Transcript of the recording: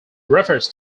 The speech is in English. refers